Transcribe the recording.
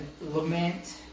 lament